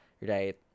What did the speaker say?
Right